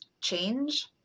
change